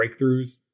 breakthroughs